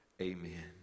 amen